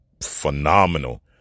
phenomenal